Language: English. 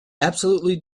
absolutely